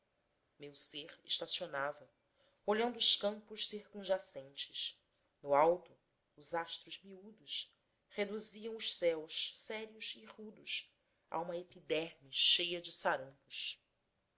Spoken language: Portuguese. meu ser estacionava olhando os campos circunjacentes no alto os astros miúdos reduziam os céus sérios e rudos a uma epiderme cheia de sarampos